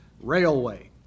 Railway